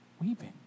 weeping